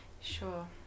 Sure